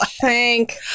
Thank